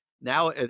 now